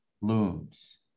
looms